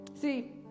See